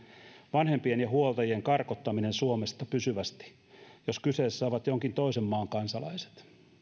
vanhempien ja huoltajien karkottaminen suomesta pysyvästi jos kyseessä ovat jonkin toisen maan kansalaiset